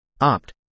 opt